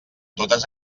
totes